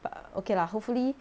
but okay lah hopefully